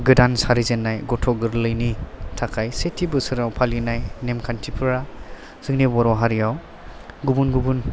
गोदान सारिजेननाय गथ' गोरलैनि थाखाय सेथि बोसोराव फालिनाय नेम खान्थिफ्रा जोंनि बर' हारियाव गुबुन गुबुन